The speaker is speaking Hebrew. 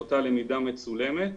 אותה למידה מצולמת